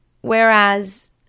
Whereas